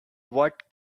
what